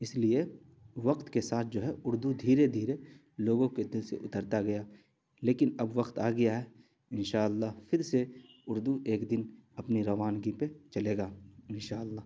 اس لیے وقت کے ساتھ جو ہے اردو دھیرے دھیرے لوگوں کے دل سے اترتا گیا لیکن اب وقت آ گیا ہے ان شاء اللہ پھر سے اردو ایک دن اپنی روانگی پہ چلے گا ان شاء اللہ